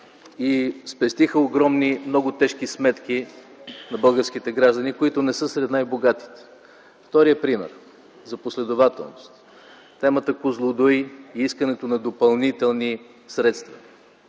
спестиха огромни, много тежки сметки за българските граждани, които не са сред най-богатите. Вторият пример за последователност – темата „Козлодуй” и искането на допълнителни средства.